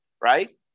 Right